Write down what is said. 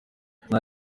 nta